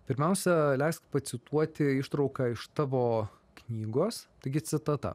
pirmiausia leisk pacituoti ištrauką iš tavo knygos taigi citata